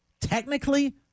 Technically